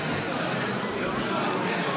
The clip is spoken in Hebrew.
מאה אחוז.